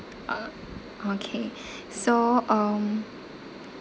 uh okay so um